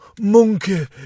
monkey